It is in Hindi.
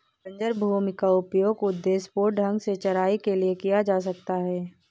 बंजर भूमि का उपयोग उद्देश्यपूर्ण ढंग से चराई के लिए किया जा सकता है